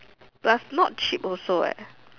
but not cheap also leh